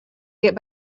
get